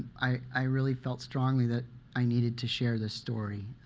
i really felt strongly that i needed to share this story.